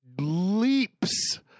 leaps